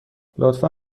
لطفا